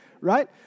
Right